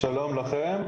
חלילה,